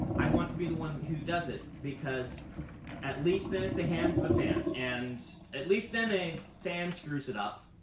i want to be the one who does it, because at least then it's the hands of a fan, and at least then a fan screws it up,